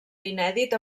inèdit